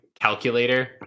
calculator